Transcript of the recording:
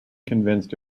convinced